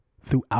Throughout